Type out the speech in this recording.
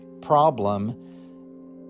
problem